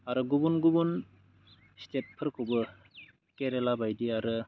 आरो गुबुन गुबुन स्टेटफोरखौबो केरेलाबायदि आरो